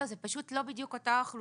לא, זה פשוט לא בדיוק אותה אוכלוסייה.